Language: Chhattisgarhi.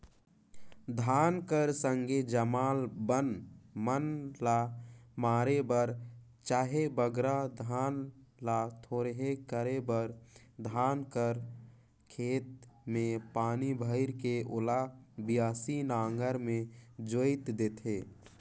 धान कर संघे जामल बन मन ल मारे बर चहे बगरा धान ल थोरहे करे बर धान कर खेत मे पानी भइर के ओला बियासी नांगर मे जोएत देथे